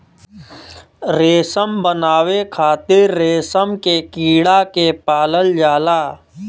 रेशम बनावे खातिर रेशम के कीड़ा के पालल जाला